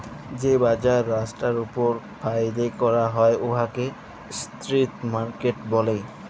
যে বাজার রাস্তার উপর ফ্যাইলে ক্যরা হ্যয় উয়াকে ইস্ট্রিট মার্কেট ব্যলে